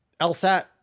LSAT